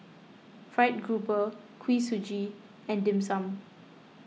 Fried Grouper Kuih Suji and Dim Sum